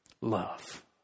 love